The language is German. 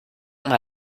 mal